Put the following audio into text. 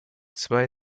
zwei